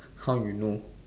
how you know